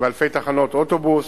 באלפי תחנות אוטובוסים.